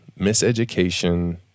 miseducation